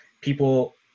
people